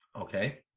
Okay